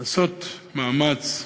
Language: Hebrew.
לעשות מאמץ,